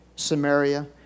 Samaria